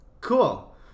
Cool